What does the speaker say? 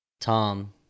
Tom